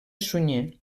sunyer